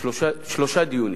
שלושה דיונים